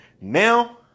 Now